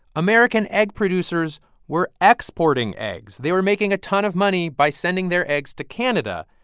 american egg producers were exporting eggs. they were making a ton of money by sending their eggs to canada.